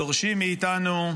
דורשים מאיתנו,